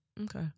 Okay